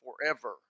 forever